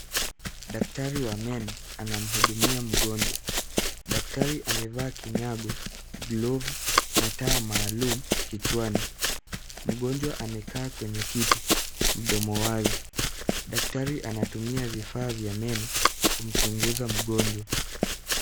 Daktari wa meno anamuhudumia mgonjwa. Daktari amevaa kinyago, glovu na taa maalum kichwani. Mgonjwa amekaa kwenye kiti mdomo wazi. Daktari anatumia vifaa vya meno kumchunguza mgonjwa.